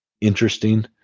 interesting